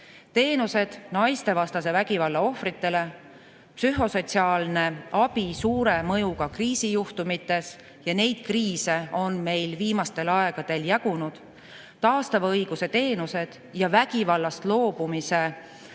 teenused naistevastase vägivalla ohvritele, psühhosotsiaalne abi suure mõjuga kriisijuhtumites – ja neid kriise on meil viimastel aegadel jagunud –, taastava õiguse teenused ja vägivallast loobumise